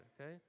okay